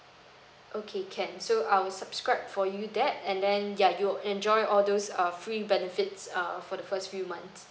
okay can so I'll subscribe for you that and then ya you'll enjoy all those err free benefits err for the first few months